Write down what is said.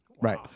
right